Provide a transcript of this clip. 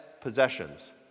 possessions